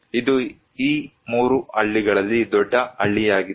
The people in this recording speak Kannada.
ಇದು ಈ 3 ಹಳ್ಳಿಗಳಲ್ಲಿ ದೊಡ್ಡ ಹಳ್ಳಿಯಾಗಿತ್ತು